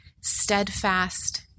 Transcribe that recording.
steadfast